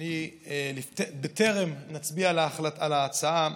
בטרם נצביע על ההצעה,